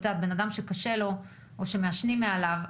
בן אדם שקשה לו או מעשנים מעליו,